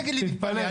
אל תגיד לי תתפלא.